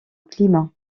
climat